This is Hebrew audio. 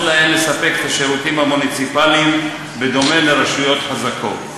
להן לספק את השירותים המוניציפליים בדומה לרשויות חזקות.